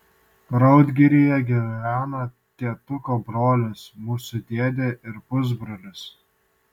raudgiryje gyvena tėtuko brolis mūsų dėdė ir pusbrolis